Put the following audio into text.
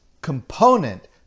component